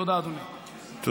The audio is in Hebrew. תודה, אדוני.